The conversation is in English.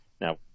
Now